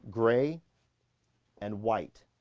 gray and white